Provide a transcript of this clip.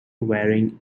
wearing